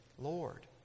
Lord